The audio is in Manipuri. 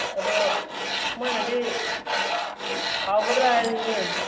ꯑꯗꯣ ꯃꯣꯏꯅꯗꯤ ꯍꯥꯎꯒꯗ꯭ꯔꯥ ꯍꯥꯏꯔꯤꯅꯦ